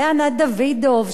לענת דוידוב,